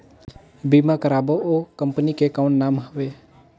बीमा करबो ओ कंपनी के कौन नाम हवे?